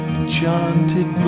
Enchanted